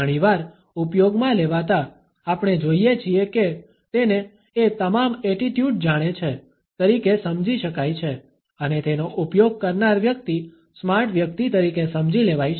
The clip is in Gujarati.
ઘણી વાર ઉપયોગમાં લેવાતા આપણે જોઇએ છીએ કે તેને એ તમામ એટિટ્યુડ જાણે છે તરીકે સમજી શકાય છે અને તેનો ઉપયોગ કરનાર વ્યક્તિ સ્માર્ટ વ્યક્તિ તરીકે સમજી લેવાય છે